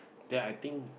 then I think